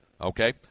Okay